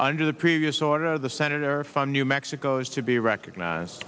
under the previous order the senator from new mexico is to be recognized